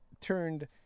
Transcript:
turned